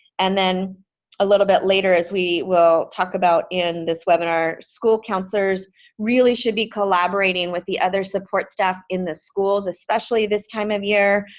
and then a little bit later as we will talk about in this webinar, school counselors really should be collaborating with the other support staff in the schools, especially this time of year.